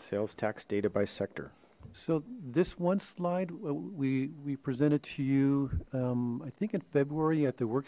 sales tax data by sector so this one slide we we presented to you i think in february at the work